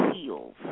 heels